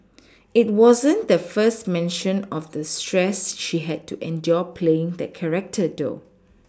it wasn't the first mention of the stress she had to endure playing that character though